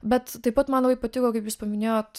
bet taip pat man labai patiko kaip jūs paminėjot